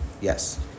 Yes